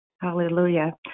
Hallelujah